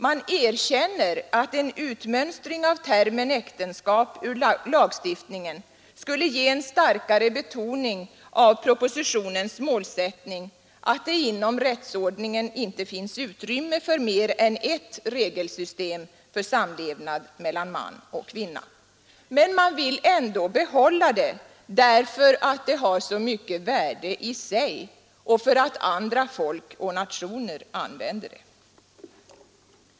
Man erkänner att en utmönstring av termen äktenskap ur lagstiftningen skulle ge en starkare betoning av propositionens målsättning att det inom rättsordningen inte finns utrymme för mer än ett regelsystem för samlevnad mellan man och kvinna. Men man vill ändå behålla det därför att det har så mycket värde i sig och för att andra folk och nationer använder det!